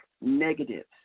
negatives